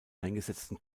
eingesetzten